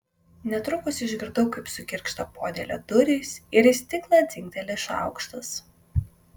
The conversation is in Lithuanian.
netrukus išgirdau kaip sugirgžda podėlio durys ir į stiklą dzingteli šaukštas